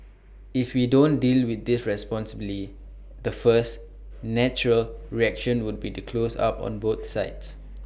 if we don't deal with this responsibly the first natural reaction will be to close up on both sides